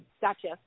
Gotcha